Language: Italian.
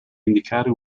indicare